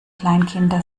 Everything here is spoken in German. kleinkinder